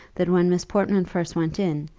that when miss portman first went in,